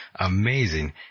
Amazing